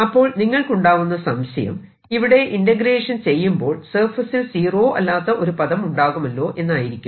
അപ്പോൾ നിങ്ങൾക്കുണ്ടാവുന്ന സംശയം ഇവിടെ ഇന്റഗ്രേഷൻ ചെയ്യുമ്പോൾ സർഫേസിൽ സീറോ അല്ലാത്ത ഒരു പദം ഉണ്ടാകുമല്ലോ എന്നായിരിക്കും